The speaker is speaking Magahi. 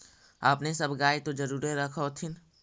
अपने सब गाय तो जरुरे रख होत्थिन?